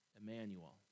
Emmanuel